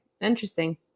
Interesting